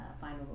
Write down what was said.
Final